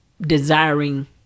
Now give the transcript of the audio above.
desiring